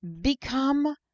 Become